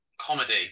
Comedy